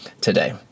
today